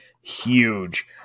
huge